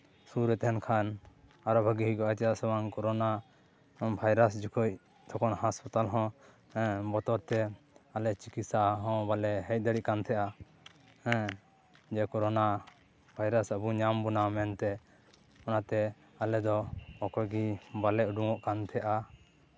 ᱥᱩᱨ ᱨᱮ ᱛᱟᱦᱮᱱ ᱠᱷᱟᱱ ᱟᱨᱚ ᱵᱷᱟᱹᱜᱤ ᱦᱩᱭᱩᱜᱼᱟ ᱪᱮᱫᱟᱜ ᱥᱮ ᱵᱟᱝ ᱠᱳᱨᱳᱱᱟ ᱵᱷᱟᱭᱨᱟᱥ ᱡᱚᱠᱷᱚᱱ ᱛᱚᱠᱷᱚᱱ ᱦᱟᱥᱯᱟᱛᱟᱞ ᱦᱚᱸ ᱵᱚᱛᱚᱨ ᱛᱮ ᱟᱞᱮ ᱪᱤᱠᱤᱛᱥᱟ ᱦᱚᱸ ᱵᱟᱞᱮ ᱦᱮᱡ ᱫᱟᱲᱮᱭᱟᱜ ᱠᱟᱱ ᱛᱟᱦᱮᱸᱫᱼᱟ ᱦᱮᱸ ᱡᱮ ᱠᱳᱨᱳᱱᱟ ᱵᱷᱟᱭᱨᱟᱥ ᱟᱵᱚ ᱧᱟᱢ ᱵᱚᱱᱟ ᱢᱮᱱᱛᱮ ᱚᱱᱟᱛᱮ ᱟᱞᱮ ᱫᱚ ᱚᱠᱚᱭᱜᱮ ᱵᱟᱞᱮ ᱩᱰᱩᱠᱚᱜ ᱛᱟᱦᱮᱸᱱᱟ